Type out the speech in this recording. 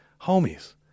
Homies